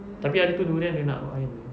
tapi hari itu durian dia nak I punya